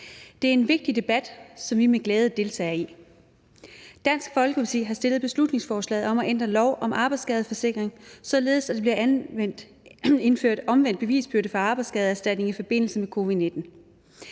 Det er en vigtig debat, som vi med glæde deltager i. Dansk Folkeparti har fremsat beslutningsforslaget om at ændre lov om arbejdsskadeforsikring, således at der bliver indført omvendt bevisbyrde ved arbejdsskadeerstatning i forbindelse med covid-19.